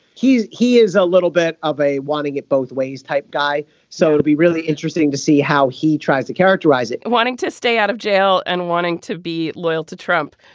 he is he is a little bit of a wanting it both ways type guy so it'll be really interesting to see how he tries to characterize it wanting to stay out of jail and wanting to be loyal to trump.